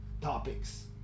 topics